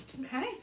Okay